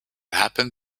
happen